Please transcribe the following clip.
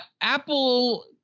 Apple